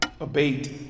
abate